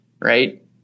right